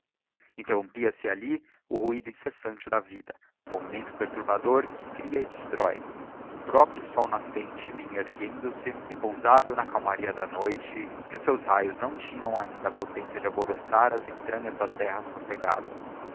coisas interrompia se alli o ruido incessante da vida o movimento perturbador que cria edestróe o próprio sol nascente vinha erguendo-se repousado na calmaria da noite e os seus raios não tinham ainda a potencia de alvoroçar as entranhas da terra socegada